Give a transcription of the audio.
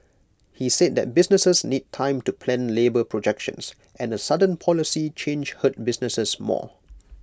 he said that businesses need time to plan labour projections and A sudden policy change hurt businesses more